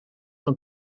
van